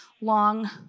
long